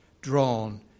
drawn